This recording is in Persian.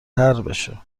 بشه